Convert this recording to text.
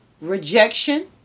Rejection